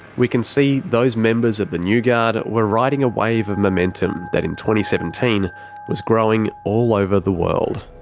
we can see those members of the new guard were riding a wave of momentum that in two seventeen was growing all over the world.